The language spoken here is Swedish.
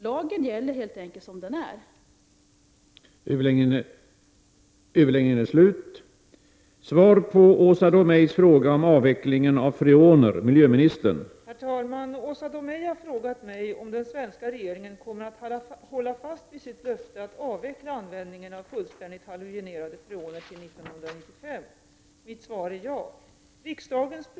Det är helt enkelt så att lagen skall gälla.